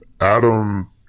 Adam